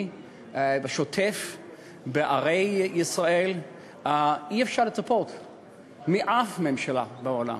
בשוטף בערי ישראל אי-אפשר לצפות מאף ממשלה בעולם.